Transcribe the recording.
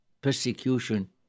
persecution